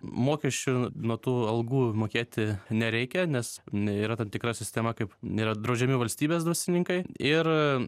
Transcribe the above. mokesčių nuo tų algų mokėti nereikia nes nėra tam tikra sistema kaip nėra draudžiami valstybės dvasininkai ir